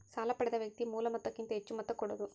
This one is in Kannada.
ಸಾಲ ಪಡೆದ ವ್ಯಕ್ತಿ ಮೂಲ ಮೊತ್ತಕ್ಕಿಂತ ಹೆಚ್ಹು ಮೊತ್ತ ಕೊಡೋದು